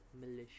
militia